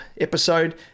episode